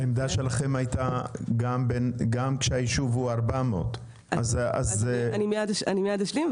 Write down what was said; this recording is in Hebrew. העמדה שלכם הייתה גם כשהיישוב הוא 400. אני מייד אשלים,